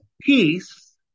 peace